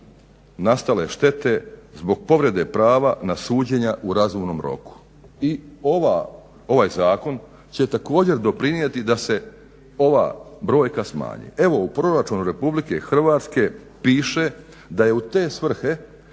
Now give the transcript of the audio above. nastale štete zbog povrede prava na suđenja u razumnom roku. I ovaj zakon će također doprinijeti da se ova brojka smanji. Evo u proračunu Republike Hrvatske piše da je u te svrhe